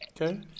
Okay